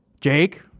Jake